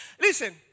Listen